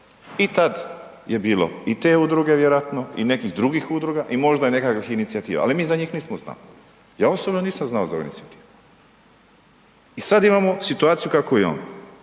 I tad je bilo i te udruge vjerojatno i nekih drugih udruga i možda nekakvih inicijativa, ali mi za njih nismo znali. Ja osobno nisam znao za .../Govornik se ne razumije./... i sad imamo situaciju kakvu imamo.